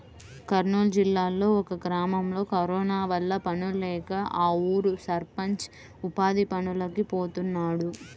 కర్నూలు జిల్లాలో ఒక గ్రామంలో కరోనా వల్ల పనుల్లేక ఆ ఊరి సర్పంచ్ ఉపాధి పనులకి పోతున్నాడు